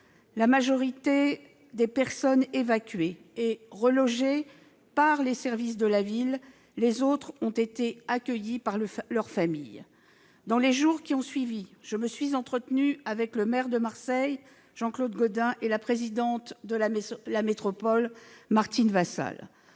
de l'être. Les personnes évacuées sont, en majorité, relogées par les services de la ville ; les autres ont été accueillies par leur famille. Dans les jours qui ont suivi, je me suis entretenue avec le maire de Marseille, Jean-Claude Gaudin, et la présidente de la métropole, Martine Vassal.